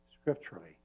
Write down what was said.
scripturally